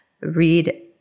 read